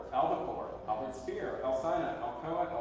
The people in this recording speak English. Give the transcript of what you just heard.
albacore, albert speer, alcina, alcoa,